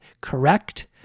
correct